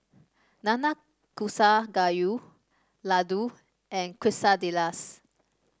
Nanakusa Gayu Ladoo and Quesadillas